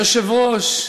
היושב-ראש,